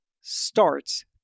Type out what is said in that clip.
starts